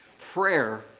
Prayer